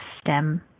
stem